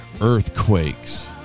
earthquakes